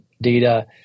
data